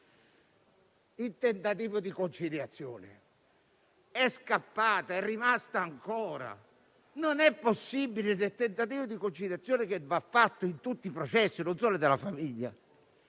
Il tentativo di conciliazione è scappato; è rimasto ancora. Non è possibile; il tentativo di conciliazione va fatto in tutti i processi e non solo in quelli della famiglia.